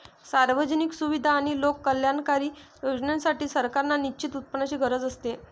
सार्वजनिक सुविधा आणि लोककल्याणकारी योजनांसाठी, सरकारांना निश्चित उत्पन्नाची गरज असते